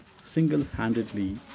single-handedly